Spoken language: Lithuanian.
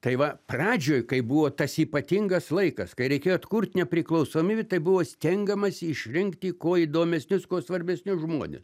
tai va pradžioj kai buvo tas ypatingas laikas kai reikėjo atkurt nepriklausomybę tai buvo stengiamasi išrinkti kuo įdomesnius kuo svarbesnius žmone